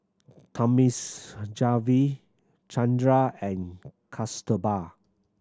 Thamizhavel Chandra and Kasturba